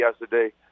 yesterday